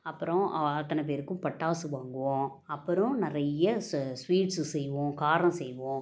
அப்புறம் அத்தனை பேருக்கும் பட்டாசு வாங்குவோம் அப்புறம் நிறைய ஸ்வ ஸ்வீட்ஸு செய்வோம் காரம் செய்வோம்